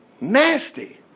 Nasty